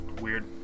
weird